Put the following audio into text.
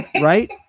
right